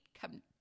come